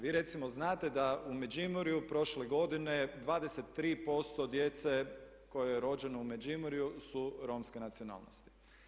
Vi recimo znate da u Međimurju prošle godine 23% djece koje je rođeno u Međimurju su romske nacionalnosti.